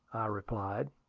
replied.